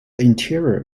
interior